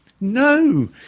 no